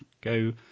go